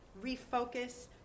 refocus